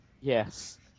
Yes